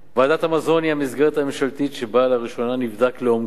ועדת המזון היא המסגרת הממשלתית שבה לראשונה נבדק לעומקו